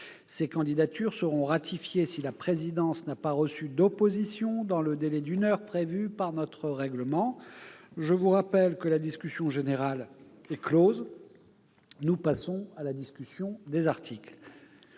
Ces candidatures seront ratifiées si la présidence n'a pas reçu d'opposition dans le délai d'une heure prévu par notre règlement. Je vous rappelle que la discussion générale est close. Nous passons à la discussion des articles.